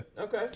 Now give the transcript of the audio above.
okay